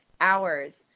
hours